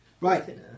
Right